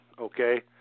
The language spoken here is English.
okay